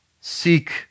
Seek